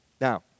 Now